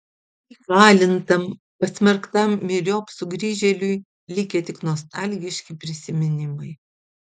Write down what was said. įkalintam pasmerktam myriop sugrįžėliui likę tik nostalgiški prisiminimai